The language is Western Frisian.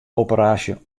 operaasje